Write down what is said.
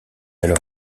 alors